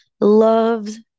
loves